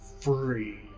free